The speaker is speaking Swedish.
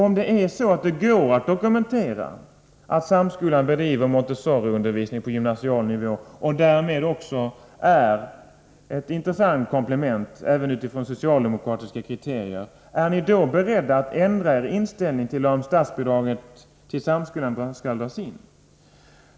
Om det går att dokumentera att samskolan bedriver Montessoriundervisning på gymnasial nivå och därmed är ett intressant komplement även enligt socialdemokratiska kriterier, är ni då beredda att ändra er inställning att statsbidraget till samskolan skall dras in?